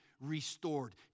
restored